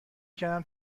کردم